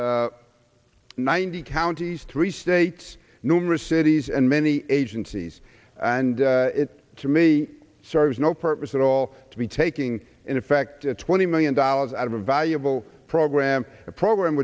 ninety counties three states numerous cities and many agencies and it to me serves no purpose at all to be taking in fact twenty million dollars out of a valuable program a program